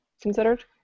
Considered